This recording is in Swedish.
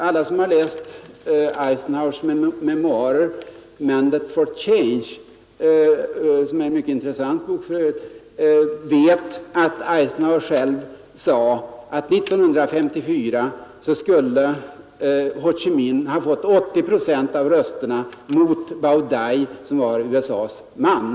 Alla som har läst förre presidenten Eisenhowers” memoarer, Mandate for Change, som för övrigt är en mycket intressant bok, vet att Eisenhower själv sade att Ho Chi Minh 1954 skulle ha fått 80 procent av rösterna mot Bao Dai, som var USA :s man.